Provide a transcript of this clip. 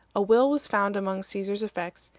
a will was found among caesar's effects,